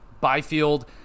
byfield